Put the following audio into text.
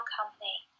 Company